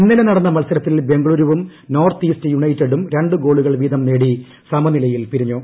ഇന്നലെ നടന്ന മത്സരത്തിൽ ബംഗളുരുവും നോർത്ത് ഈസ്റ്റ് യുണൈറ്റഡും രണ്ട് ഗോളുകൾ വീതം നേടി സമനിലയിൽ പിരിഞ്ഞു